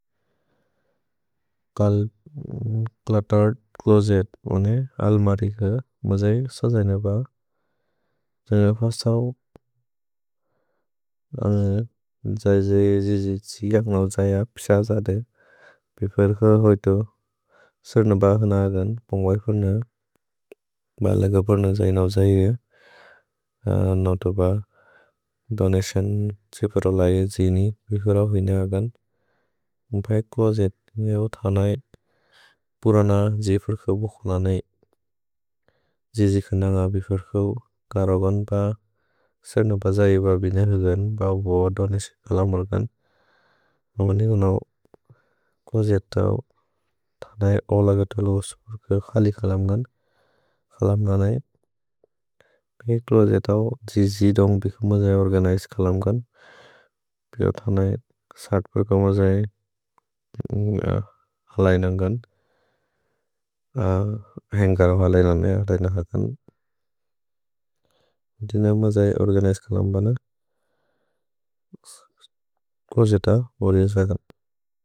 थनैत् पुरन द्जेइफर्क बुखुलनै, द्जेइजिक् नन्ग बिफर्कौ करगोन् प, सेर्नो पजैव बिनेवेन्गन् बबुअ दोनेसि कलमुर्गन्। ममनि गुनौ कोजीतौ थनैत् औ लगतुलुस् बिफर्क खलि कलम्गन्, कलम्दनै। भिने क्लोजीतौ द्जेइजिदोन्ग् बिख मजए ओर्गनिजे कलम्गन्, पिअ थनैत् सात् पक मजए हलैनन्गन्, हेन्ग्कर् हलैनन् मेअ रैन हकन्, दिन मजए ओर्गनिजे कलम्बन, क्लोजीतौ बोरिन् सएतन्।